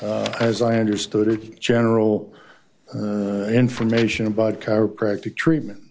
as i understood it general information about chiropractic treatment